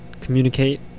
communicate